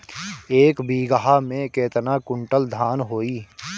एक बीगहा में केतना कुंटल धान होई?